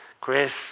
Chris